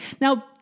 Now